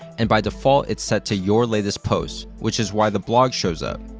and by default it's set to your latest posts, which is why the blog shows up.